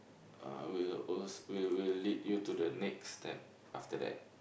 uh will aslo will will lead you to the next step after that